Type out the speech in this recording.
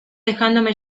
dejándome